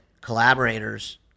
collaborators